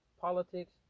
Politics